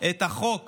את החוק